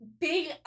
big